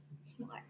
Smart